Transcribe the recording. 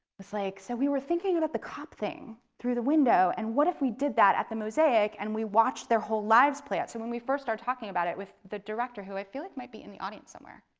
was like, so, we were thinking about the cop thing through the window and what if we did that at the mosaic and we watch their whole lives play out? so when we first started talking about it with the director, who i feel like might be in the audience somewhere.